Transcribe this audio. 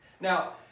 Now